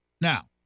now